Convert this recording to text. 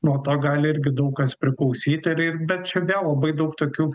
nuo to gali irgi daug kas priklausyti ir ir bet čia vėl labai daug tokių